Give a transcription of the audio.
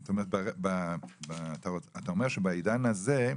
זאת אומרת, אתה אומר שבעידן הזה,